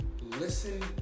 listen